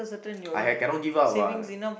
I had cannot give up what